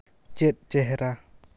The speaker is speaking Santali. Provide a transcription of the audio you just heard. ᱪᱮᱫ ᱪᱮᱦᱨᱟ